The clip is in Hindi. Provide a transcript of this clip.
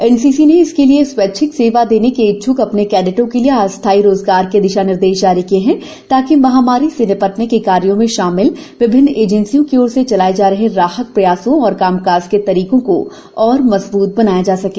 एनसीसी ने इसके लिए स्वैच्छिक सेवा देने के इच्छ्क अपने कैडेटों के लिए अस्थायी रोजगार के दिशा निर्देश जारी किए हैं ताकि महामारी से निपटने के कार्यो में शामिल विभिन्न एजेंसियों की ओर से चलाए जा रहे राहत प्रयासों और काम काज के तरीकों को और मजबूत बनाया जा सके